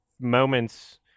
moments